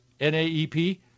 NAEP